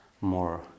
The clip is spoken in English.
more